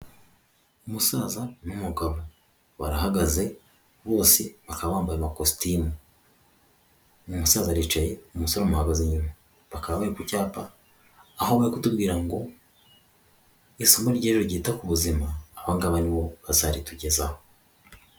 Umusaza n'umugabo barahagaze bose bakaba bambaye amakositimu nasa aricaye umuto muhaga inyuma bakaba ku cyapa aho bari kutubwira ngo isomo rye ryita ku buzima abagabo aribo bazaritugezaho